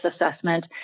assessment